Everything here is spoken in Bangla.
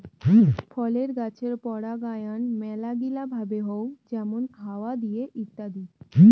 ফলের গাছের পরাগায়ন মেলাগিলা ভাবে হউ যেমন হাওয়া দিয়ে ইত্যাদি